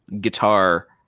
guitar